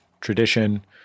tradition